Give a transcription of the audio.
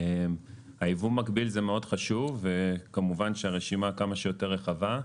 היבוא המקביל מאוד חשוב וכמובן שרשימה כמה שיותר רחבה.